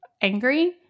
Angry